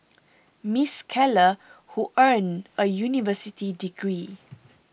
Miss Keller who earned a university degree